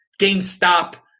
GameStop